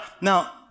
now